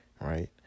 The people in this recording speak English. right